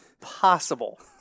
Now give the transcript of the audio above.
possible